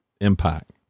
impact